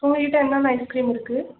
உங்கக்கிட்ட என்னென்ன ஐஸ்கிரீம் இருக்குது